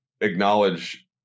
acknowledge